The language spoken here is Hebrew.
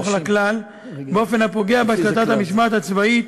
לכלל באופן הפוגע בהשלטת המשמעת הצבאית